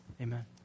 Amen